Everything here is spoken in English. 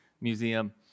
museum